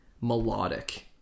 melodic